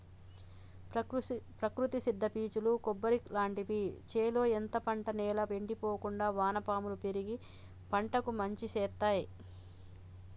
ప్రకృతి సిద్ద పీచులు కొబ్బరి లాంటివి చేలో ఎత్తే పంట నేల ఎండిపోకుండా వానపాములు పెరిగి పంటకు మంచి శేత్తాయ్